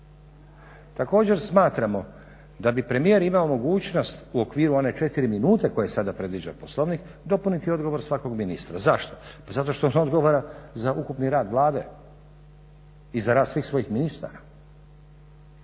Također smatramo da bi premijer imao mogućnost u okviru one četiri minute koje sada predviđa Poslovnik dopuniti odgovor svakog ministra. Zašto? Pa zato što on odgovara za ukupni rad Vlade i za rad svih svojih ministara.